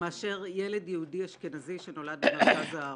-- מאשר ילד יהודי אשכנזי שנולד במרכז הארץ.